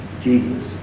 Jesus